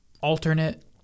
alternate